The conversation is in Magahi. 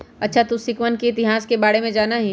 अच्छा तू सिक्कवन के इतिहास के बारे में जाना हीं?